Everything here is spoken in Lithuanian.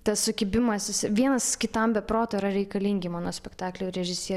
tas sukibimas jis vienas kitam be proto yra reikalingi monospektaklio režisierių